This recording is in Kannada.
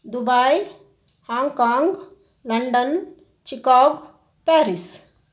Dubai Hong Kong London Chicago Paris